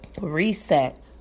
reset